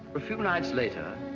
a few nights later